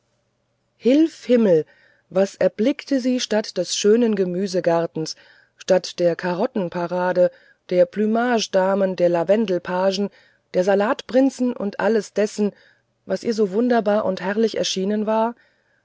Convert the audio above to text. hilf himmel was erblickte sie statt des schönen gemüsegartens statt der karottengarde der plümagedamen der lavendelpagen der salatprinzen und alles dessen was ihr so wunderbar herrlich erschienen war